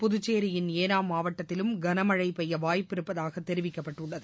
புதுச்சேரியின் ஏனாம் மாவட்டத்திலும் கனமழை பெய்ய வாய்ப்பிருப்பதாகத் தெரிவிக்கப்பட்டுள்ளது